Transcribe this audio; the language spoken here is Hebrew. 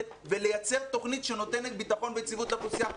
ולייצר תוכנית שנותנת ביטחון ויציבות לאוכלוסייה.